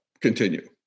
continue